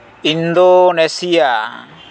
Indonesia